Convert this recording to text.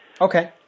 Okay